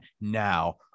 now